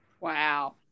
Wow